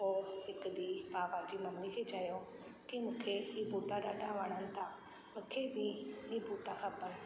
पोइ हिकु ॾींहुं पापा जी मम्मी खे चयो की मूंखे ही ॿूटा ॾाढा वणनि था मूंखे बि ही ॿूटा खपनि